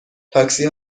تاکسی